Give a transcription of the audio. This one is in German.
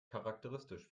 charakteristisch